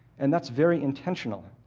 and that's very intentional.